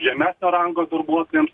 žemesnio rango darbuotojams